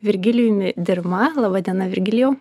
virgilijumi dirma laba diena virgilijau